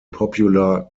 popular